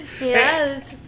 Yes